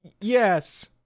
yes